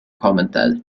commented